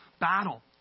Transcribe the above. battle